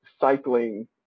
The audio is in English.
cycling